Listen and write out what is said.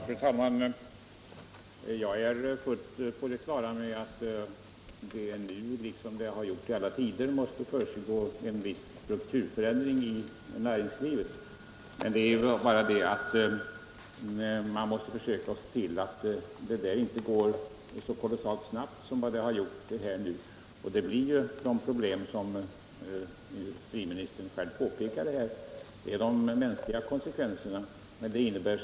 Fru talman! Jag är fullt på det klara med att det nu, liksom fallet varit i alla tider, måste försiggå en viss strukturförändring i näringslivet. Det är bara det att man måste försöka se till att denna förändring inte går så kolossalt snabbt som nu varit fallet. Annars uppstår de problem som industriministern här själv pekade på. Det blir konsekvenser för människorna.